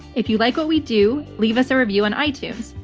if you like what we do, leave us a review on itunes.